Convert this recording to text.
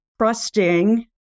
trusting